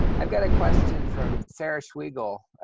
i've got a question from sarah schweigel,